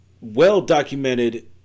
well-documented